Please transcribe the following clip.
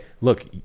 look